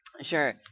Sure